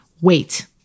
wait